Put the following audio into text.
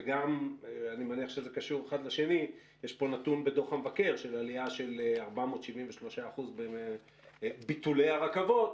--- יש פה נתון בדוח המבקר של עלייה של 473% בביטולי הרכבות.